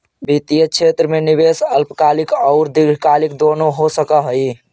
वित्तीय क्षेत्र में निवेश अल्पकालिक औउर दीर्घकालिक दुनो हो सकऽ हई